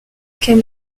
can